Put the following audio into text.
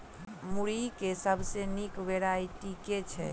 मुरई केँ सबसँ निक वैरायटी केँ छै?